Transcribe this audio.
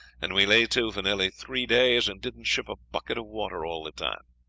and we lay to for nearly three days, and didn't ship a bucket of water all the time.